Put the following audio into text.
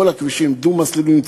כל הכבישים דו-מסלוליים,